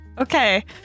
Okay